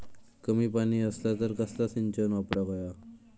कमी पाणी असला तर कसला सिंचन वापराक होया?